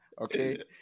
okay